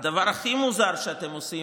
הדבר הכי מוזר שאתם עושים,